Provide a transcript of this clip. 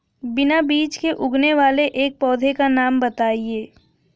बिना बीज के उगने वाले एक पौधे का नाम बताइए